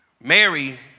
Mary